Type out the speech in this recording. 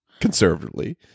conservatively